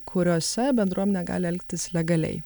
kuriose bendruomenė gali elgtis legaliai